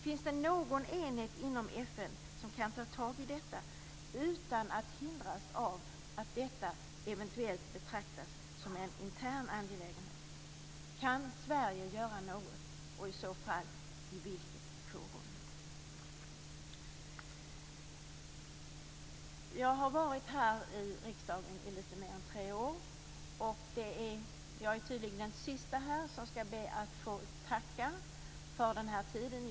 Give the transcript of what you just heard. Finns det någon enhet inom FN som kan ta itu med detta utan att hindras av att detta eventuellt betraktas som en intern angelägenhet? Kan Sverige göra något och i så fall i vilket forum? Jag har varit i riksdagen i litet mer än tre år. Jag är tydligen den sista här som skall be att få tacka för den här tiden.